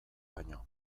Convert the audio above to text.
baino